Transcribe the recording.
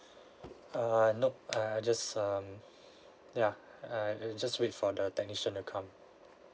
err no uh I just um ya I I just wait for the technician to come